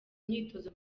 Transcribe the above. imyitozo